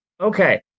Okay